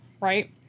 right